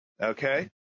okay